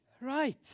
Right